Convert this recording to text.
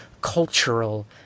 cultural